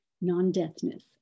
non-deathness